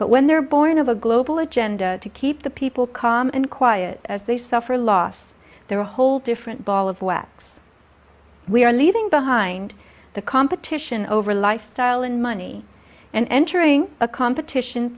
but when they're born of a global agenda to keep the people calm and quiet as they suffer loss there are a whole different ball of wax we are leaving behind the competition over lifestyle and money and entering a competition